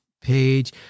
page